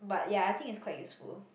but ya I think it's quite useful